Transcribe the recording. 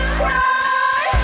cry